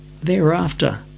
thereafter